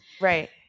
Right